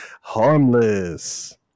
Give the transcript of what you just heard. Harmless